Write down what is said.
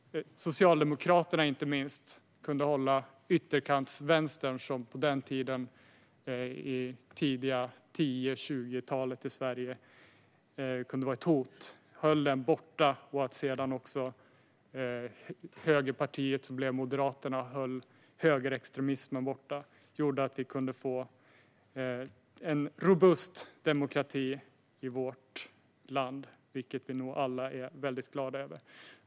Socialdemokraterna, inte minst, kunde hålla ytterkantsvänstern, som på 1910 och 1920-talet kunde vara ett hot, borta. Sedan höll Högerpartiet, som sedan blev Moderaterna, högerextremismen borta. Det gjorde att vi fick en robust demokrati i vårt land, vilket vi nog alla är väldigt glada över.